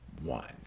one